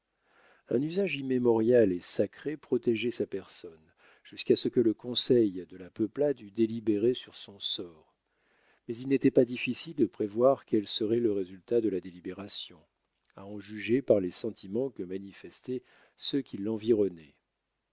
un usage immémorial et sacré protégeait sa personne jusqu'à ce que le conseil de la peuplade eût délibéré sur son sort mais il n'était pas difficile de prévoir quel serait le résultat de la délibération à en juger par les sentiments que manifestaient ceux qui l'environnaient